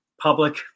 public